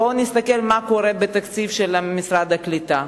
בואו נסתכל מה קורה בתקציב של משרד הקליטה.